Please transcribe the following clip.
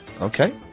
Okay